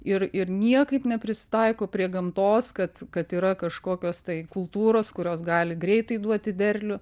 ir ir niekaip neprisitaiko prie gamtos kad kad yra kažkokios tai kultūros kurios gali greitai duoti derlių